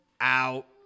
out